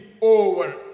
over